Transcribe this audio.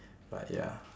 but ya